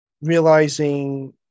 realizing